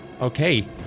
okay